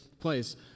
place